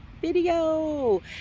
video